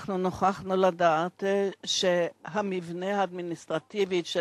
נוכחנו לדעת שהמבנה האדמיניסטרטיבי של